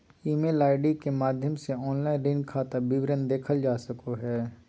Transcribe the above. email ID के माध्यम से ऑनलाइन ऋण खाता विवरण देखल जा सको हय